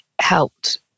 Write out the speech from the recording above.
helped